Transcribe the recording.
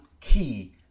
key